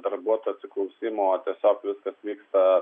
darbuotojų atsiklausimo tiesiog viskas vyksta